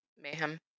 Mayhem